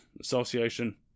Association